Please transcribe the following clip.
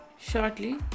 shortly